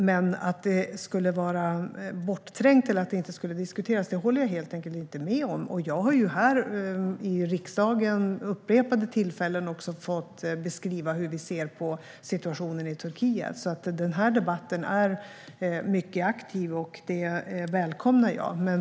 Men att frågan skulle vara bortträngd eller inte skulle diskuteras håller jag helt enkelt inte med om. Jag har här i riksdagen vid upprepade tillfällen också fått beskriva hur vi ser på situationen i Turkiet. Den här debatten är alltså mycket aktiv, och det välkomnar jag.